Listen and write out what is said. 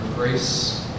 Grace